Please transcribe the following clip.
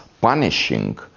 punishing